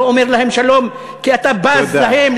לא אומר להם שלום כי אתה בז להם,